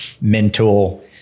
mental